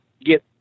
get